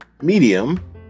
Medium